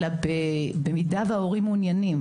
אלא במידה וההורים מעוניינים,